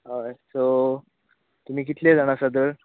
हय सो तुमी कितलीं जाणां आसा तर